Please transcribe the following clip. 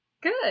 Good